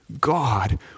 God